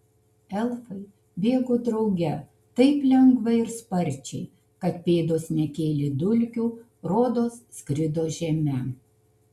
elfai bėgo drauge taip lengvai ir sparčiai kad pėdos nekėlė dulkių rodos skrido žeme